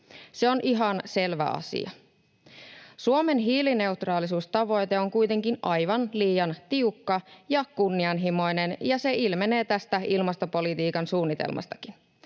Se on ihan selvä asia. Suomen hiilineutraalisuustavoite on kuitenkin aivan liian tiukka ja kunnianhimoinen, ja se ilmenee tästä ilmastopolitiikan suunnitelmastakin.